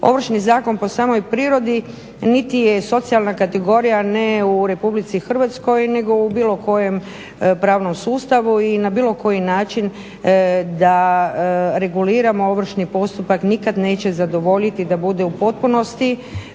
Ovršni zakon po samoj prirodi niti je socijalna kategorija ne u RH nego u bilo kojem pravnom sustavu i na bilo koji način da reguliramo ovršni postupak, nikad neće zadovoljiti da bude u potpunosti